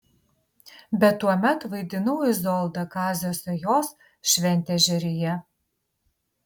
bet tuomet vaidinau izoldą kazio sajos šventežeryje